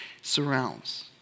surrounds